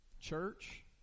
Church